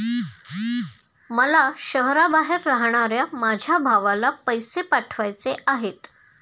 मला शहराबाहेर राहणाऱ्या माझ्या भावाला पैसे पाठवायचे आहेत